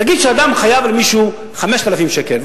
נגיד שאדם חייב למישהו 5,000 שקל,